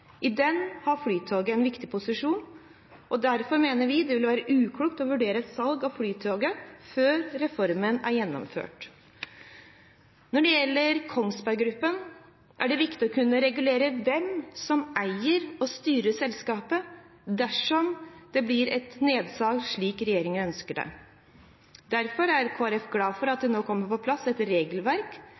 I den har Flytoget en viktig posisjon. Derfor mener vi det ville være uklokt å vurdere et salg av Flytoget før reformen er gjennomført. Når det gjelder Kongsberg Gruppen, er det viktig å kunne regulere hvem som eier og styrer selskapet dersom det blir et nedsalg, som regjeringen ønsker. Derfor er Kristelig Folkeparti glad for at det nå kommer på plass et regelverk